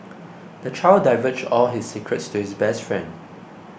the child divulged all his secrets to his best friend